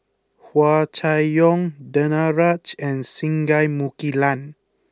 Hua Chai Yong Danaraj and Singai Mukilan